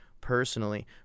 personally